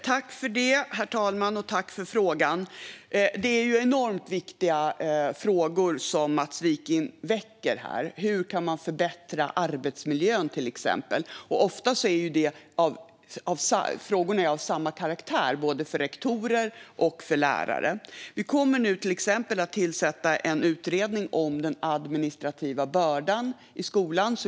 Herr talman! Tack, ledamoten, för frågan! Det är ju enormt viktiga frågor som Mats Wiking tar upp. Hur kan man förbättra arbetsmiljön, till exempel? Ofta är ju frågorna av samma karaktär både för rektorer och för lärare. Vi kommer nu bland annat att tillsätta en utredning om den administrativa bördan i skolan.